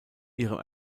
ihrem